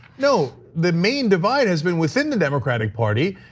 no, the main divide has been within the democratic party,